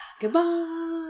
goodbye